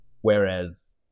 whereas